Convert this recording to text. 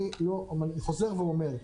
אני חוזר ואומר,